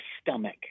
stomach